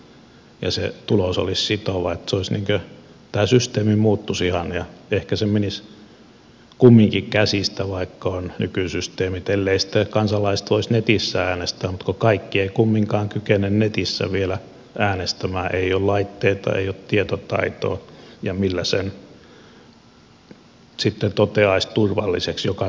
ja se tulos olisi sitova tämä systeemi muuttuisi ihan ja ehkä se menisi kumminkin käsistä vaikka on nykysysteemit elleivät sitten kansalaiset voisi netissä äänestää mutta kun kaikki eivät kumminkaan kykene netissä vielä äänestämään ei ole laitteita ei ole tietotaitoa ja millä sen sitten toteaisi turvalliseksi joka tilanteessa